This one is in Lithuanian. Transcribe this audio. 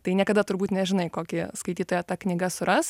tai niekada turbūt nežinai kokį skaitytoją ta knyga suras